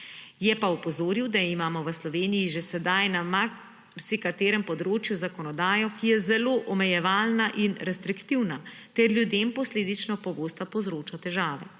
Je pa opozoril, da imamo v Sloveniji že sedaj na marsikaterem področju zakonodajo, ki je zelo omejevalna in restriktivna ter ljudem posledično pogosto povzroča težave.